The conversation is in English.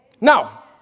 Now